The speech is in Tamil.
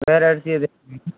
வேறு எதாச்சும்